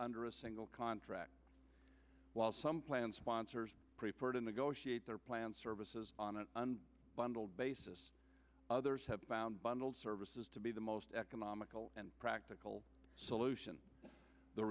under a single contract while some plan sponsors prefer to negotiate their plan services on a bundle basis others have found bundled services to be the most economical and practical solution the